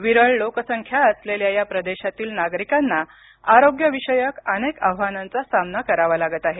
विरळ लोकसंख्या असलेल्या या प्रदेशातील नागरीकांना आरोग्यविषयक अनेक आव्हानांचा सामना करावा लागत आहे